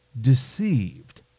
deceived